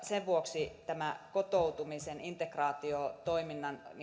sen vuoksi tämä kotoutumisen integraatiotoiminnan